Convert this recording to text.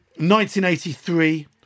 1983